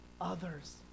others